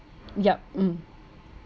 yup mm